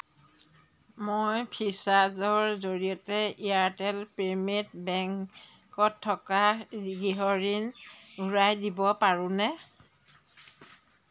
মই ফ্ৰীচাৰ্জৰ জৰিয়তে এয়াৰটেল পেমেণ্ট বেংকত থকা গৃহ ঋণ ঘূৰাই দিব পাৰোনে